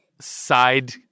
side